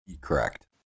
Correct